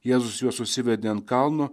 jėzus juos nusivedė ant kalno